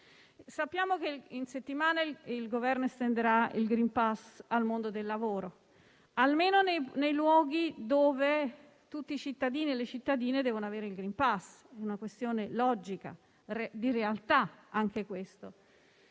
Sappiamo che in settimana il Governo estenderà il *green pass* al mondo del lavoro, almeno nei luoghi dove tutti i cittadini e le cittadine devono avere il *green pass*: anche questa è una questione logica e di realtà.